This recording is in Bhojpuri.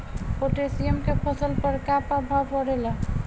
पोटेशियम के फसल पर का प्रभाव पड़ेला?